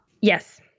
Yes